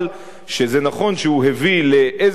שנכון שהוא הביא לאיזה שינוי,